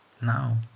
now